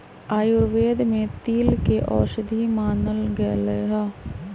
आयुर्वेद में तिल के औषधि मानल गैले है